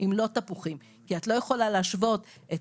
לא תפוחים כי את לא יכולה להשוות את